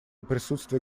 присутствие